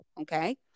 okay